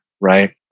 right